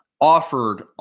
offered